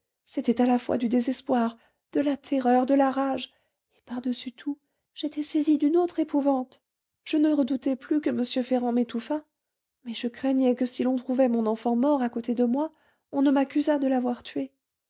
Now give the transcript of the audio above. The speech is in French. c'était à la fois du désespoir de la terreur de la rage et par-dessus tout j'étais saisie d'une autre épouvante je ne redoutais plus que m ferrand m'étouffât mais je craignais que si l'on trouvait mon enfant mort à côté de moi on ne m'accusât de l'avoir tué